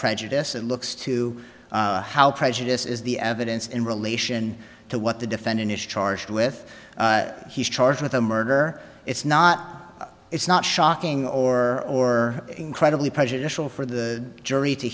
prejudice and looks to how prejudice is the evidence in relation to what the defend inish charged with he's charged with a murder it's not it's not shocking or incredibly prejudicial for the jury to